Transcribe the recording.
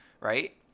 right